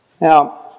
Now